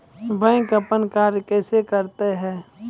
Bank अपन कार्य कैसे करते है?